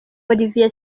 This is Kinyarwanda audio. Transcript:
olivier